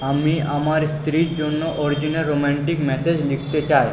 আমি আমার স্ত্রীর জন্য অরিজিনাল রোম্যান্টিক মেসেজ লিখতে চাই